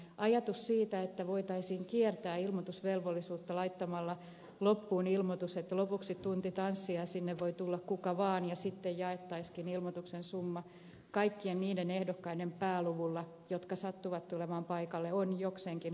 ajatus siitä että voitaisiin kiertää ilmoitusvelvollisuutta laittamalla loppuun ilmoitus että lopuksi tunti tanssia ja sinne voi tulla kuka vaan ja sitten jaettaisiinkin ilmoituksen summa kaikkien niiden ehdokkaiden pääluvulla jotka sattuvat tulemaan paikalle on jokseenkin hankala